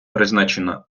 призначена